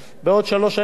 זה כבר פוטר אותם,